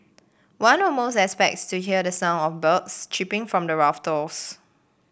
one almost expects to hear the sound of birds chirping from the rafters